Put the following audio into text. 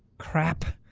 crap.